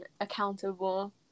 accountable